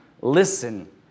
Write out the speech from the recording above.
listen